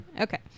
Okay